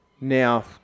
now